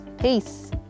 Peace